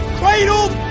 cradled